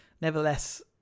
nevertheless